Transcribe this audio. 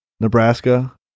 Nebraska